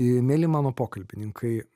mieli mano pokalbininkai